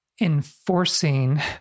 enforcing